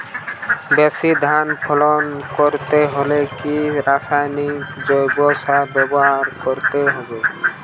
বেশি ধান ফলন করতে হলে কি রাসায়নিক জৈব সার ব্যবহার করতে হবে?